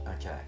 Okay